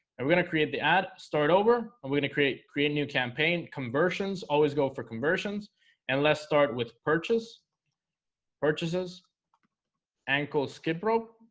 and we're gonna create the ad start over i'm gonna create create new campaign conversions always go for conversions and let's start with purchase purchases ankle. skip rope